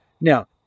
Now